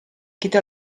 quito